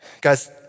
Guys